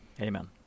Amen